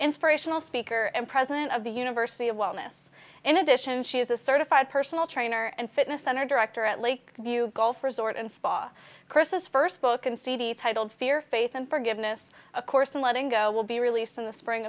inspirational speaker and president of the university of wellness in addition she is a certified personal trainer and fitness center director at lakeview golf resort and spa courses first book and cd titled fear faith and forgiveness of course letting go will be released in the spring